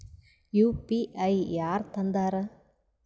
UPI ಯಾರ್ ತಂದಾರ?